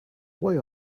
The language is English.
why